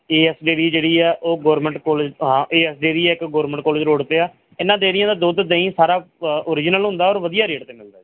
ਏ S dairy ਜਿਹੜੀ ਆ ਉਹ ਗੌਰਮੈਂਟ ਕਾਲਜ ਹਾਂ ਏ ਐਸ ਡੇਅਰੀ ਜਿਹੜੀ ਆ ਕਿ ਗਵਰਨਮੈਂਟ ਕਾਲਜ ਰੋਡ 'ਤੇ ਆ ਇਹਨਾਂ ਡੇਅਰੀਆਂ ਦਾ ਦੁੱਧ ਦਈ ਸਾਰਾ ਓਰਿਜਨਲ ਹੁੰਦਾ ਔਰ ਵਧੀਆ ਰੇਟ 'ਤੇ ਮਿਲਦਾ ਜੀ